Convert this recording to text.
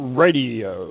radio